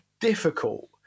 difficult